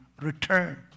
return